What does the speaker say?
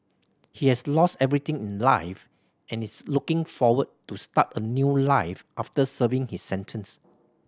he has lost everything in life and is looking forward to start a new life after serving his sentence